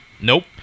Nope